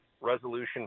resolution